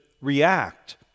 react